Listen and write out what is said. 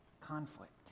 conflict